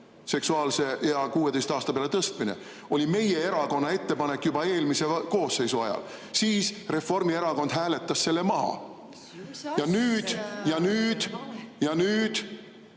seksuaalse ea 16 aasta peale tõstmine oli meie erakonna ettepanek juba eelmise koosseisu ajal. Siis Reformierakond hääletas selle maha. (Kaja Kallas: